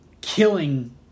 killing